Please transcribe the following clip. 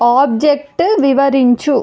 object వివరించు